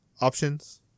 options